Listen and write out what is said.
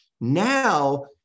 Now